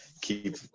keep